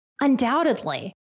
undoubtedly